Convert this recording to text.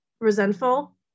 resentful